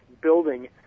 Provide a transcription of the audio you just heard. building